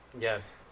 Yes